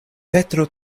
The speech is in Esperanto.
petro